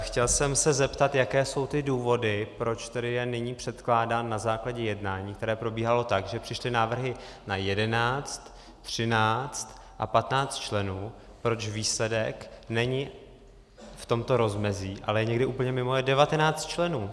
Chtěl jsem se zeptat, jaké jsou ty důvody, proč tedy je nyní předkládán na základě jednání, které probíhalo tak, že přišly návrhy na 11, 13 a 15 členů, proč výsledek není v tomto rozmezí, ale někde úplně mimo je 19 členů.